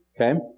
okay